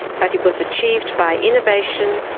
but it was achieved by innovation,